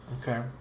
Okay